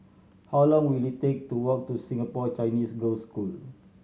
how long will it take to walk to Singapore Chinese Girls' School